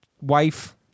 wife